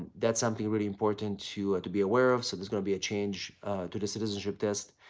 that's something really important to to be aware of. so, there's going to be a change to the citizenship test.